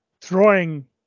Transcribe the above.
throwing